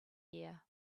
year